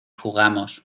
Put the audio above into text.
jugamos